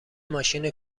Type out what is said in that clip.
ماشین